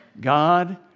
God